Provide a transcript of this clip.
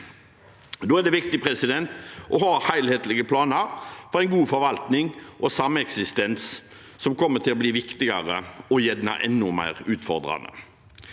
Da er det viktig å ha helhetlige planer for en god forvaltning og sameksistens, som kommer til å bli viktigere og gjerne enda mer utfordrende.